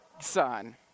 son